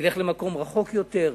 תלך למקום רחוק יותר,